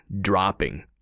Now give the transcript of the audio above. dropping